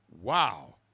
Wow